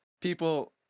people